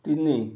ତିନି